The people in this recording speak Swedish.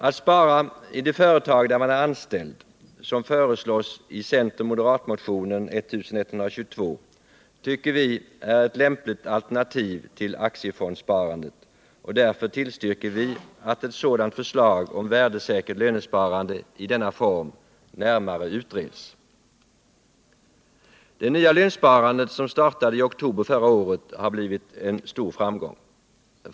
Att spara i det företag där man är anställd, som föreslås i centermoderatmotionen 1122, tycker vi är ett lämpligt alternativ till aktiefondssparandet, och därför tillstyrker vi att ett sådant förslag om värdesäkert lönsparande i denna form närmare utreds. Det nya lönsparandet, som startade i oktober förra året, har blivit en stor framgång.